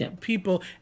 people